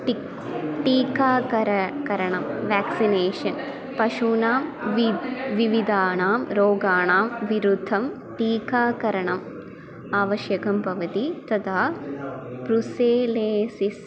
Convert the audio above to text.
tick टीकाकरकरणं vaccination पशूनां वि विविधानां रोगाणां विरुद्धं टीकाकरणम् आवश्यकं भवति तथा प्रुसेलेसिस्